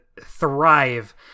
thrive